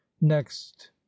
next